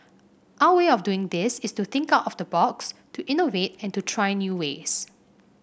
our way of doing this is to think out of the box to innovate and to try new ways